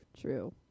True